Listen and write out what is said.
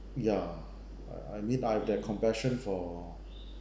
ya uh I I mean I had that compassion for